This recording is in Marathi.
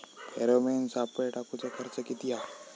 फेरोमेन सापळे टाकूचो खर्च किती हा?